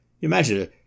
imagine